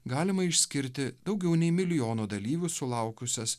galima išskirti daugiau nei milijono dalyvių sulaukusias